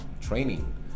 training